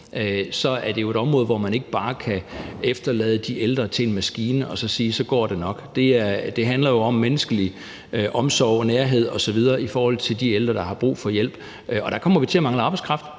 så er det jo et område, hvor man ikke bare kan efterlade de ældre til en maskine og sige, at så går det nok. Det handler jo om menneskelig omsorg og nærhed osv. i forhold til de ældre, der har brug for hjælp, og der kommer vi til at mangle arbejdskraft.